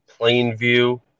Plainview